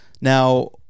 Now